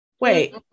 wait